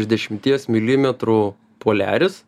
iš dešimties milimetrų poliaris